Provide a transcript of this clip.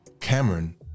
Cameron